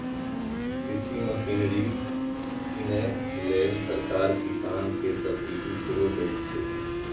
कृषि मशीनरी कीनै लेल सरकार किसान कें सब्सिडी सेहो दैत छैक